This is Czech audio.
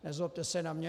Nezlobte se na mě.